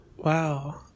Wow